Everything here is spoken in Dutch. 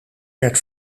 werd